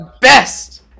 best